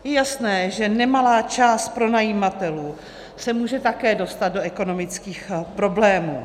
Je jasné, že nemalá část pronajímatelů se může také dostat do ekonomických problémů.